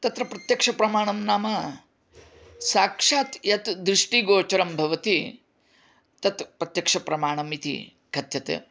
तत्र प्रत्यक्षप्रमाणं नाम साक्षात् यत् दृष्टिगोचरं भवति तत् प्रत्यक्षप्रमाणम् इति कथ्यते